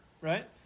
right